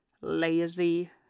lazy